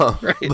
Right